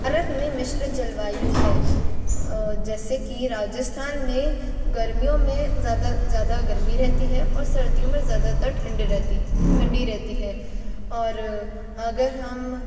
भारत मे मिश्रित जलवायु है जैसे कि राजस्थान में गर्मियों मे ज़्यादा ज़्यादा गर्मी रहती है और सर्दियों में ज़्यादातर ठंड रहती ठंडी रहती है और अगर हम